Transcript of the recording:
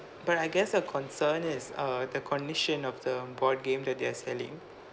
but I guess a concern is uh the condition of the board game that they are selling